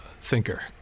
thinker